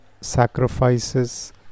sacrifices